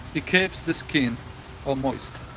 it keeps the skin all moist.